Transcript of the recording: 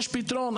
יש פתרון,